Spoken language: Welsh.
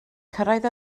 cyrraedd